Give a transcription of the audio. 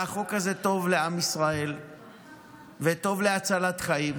והחוק הזה טוב לעם ישראל וטוב להצלת חיים,